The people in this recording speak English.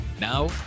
Now